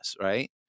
right